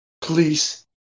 Please